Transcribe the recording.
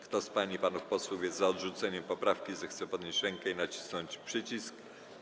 Kto z pań i panów posłów jest za odrzuceniem 1. poprawki, zechce podnieść rękę i nacisnąć przycisk.